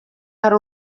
hari